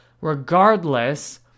regardless